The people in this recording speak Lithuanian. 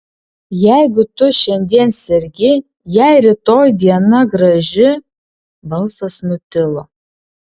jeigu tu šiandien sergi jei rytoj diena graži balsas nutilo